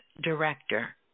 director